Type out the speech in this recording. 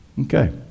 Okay